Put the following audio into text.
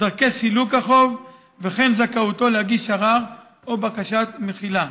דרכי סילוק החוב וכן את זכאותו להגיש ערר או בקשת מחילה.